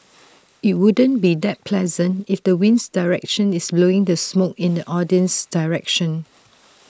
IT would't be that pleasant if the winds direction is blowing the smoke in the audience's direction